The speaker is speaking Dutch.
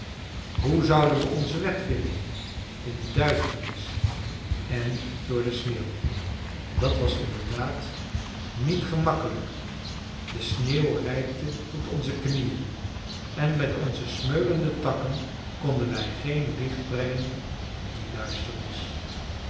hoe zouden we onzen weg vinden in die duisternis en door de sneeuw dat was inderdaad niet gemakkelijk de sneeuw reikte tot onze knieën en met onze smeulende takken konden wij geen licht brengen in die duisternis